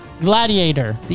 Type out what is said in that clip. Gladiator